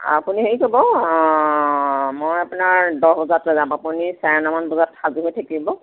আপুনি হেৰি কৰিব মই আপোনাৰ দহ বজাত যাম আপুনি চাৰে নমান বজাত সাজু হৈ থাকিব